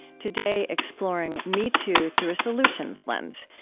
today, exploring metoo through a solutions lens,